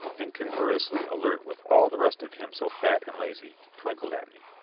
incongruously alert with all the rest of him so fat and lazy, twinkled at me.